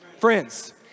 Friends